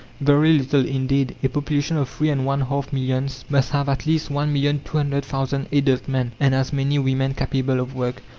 very little indeed. a population of three and one-half millions must have at least one million two hundred thousand adult men, and as many women capable of work.